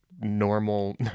normal